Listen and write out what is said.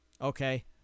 okay